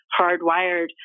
hardwired